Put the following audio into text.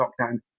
lockdown